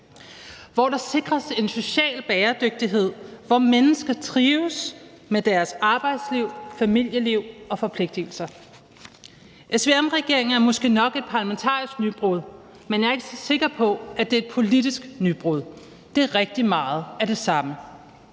hvor der sikres en social bæredygtighed, og hvor mennesker trives med deres arbejdsliv, familieliv og forpligtelser. SVM-regeringen er måske nok et parlamentarisk nybrud, men jeg er ikke så sikker på, at det er et politisk nybrud. Det er rigtig meget af det samme.